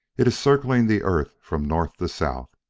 it is circling the earth from north to south.